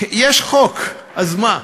יש חוק, אז מה?